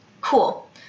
Cool